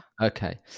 okay